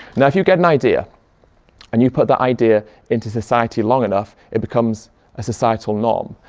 now if you get an idea and you put that idea into society long enough it becomes a societal norm.